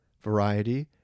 Variety